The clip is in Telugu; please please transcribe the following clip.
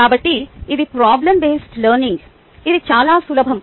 కాబట్టి ఇది ప్రాబ్లమ్ బేస్డ్ లెర్నింగ్ ఇది చాలా సులభం